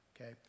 okay